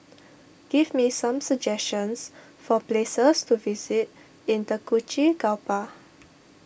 give me some suggestions for places to visit in Tegucigalpa